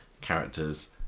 characters